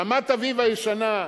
רמת-אביב הישנה,